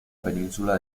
península